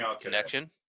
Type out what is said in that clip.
connection